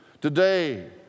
today